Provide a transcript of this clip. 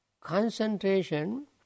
concentration